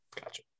Gotcha